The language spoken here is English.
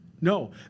No